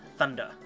Thunder